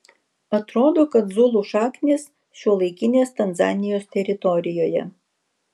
atrodo kad zulų šaknys šiuolaikinės tanzanijos teritorijoje